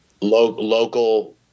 Local